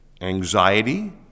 Anxiety